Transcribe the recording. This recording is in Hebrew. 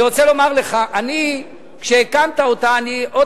אני רוצה לומר לך: כשהקמת אותה אני עוד